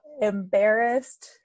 embarrassed